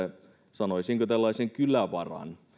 sanoisinko tällaisen kylävaran